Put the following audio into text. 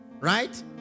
right